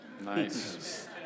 Nice